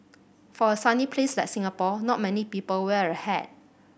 for a sunny place like Singapore not many people wear a hat